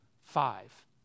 five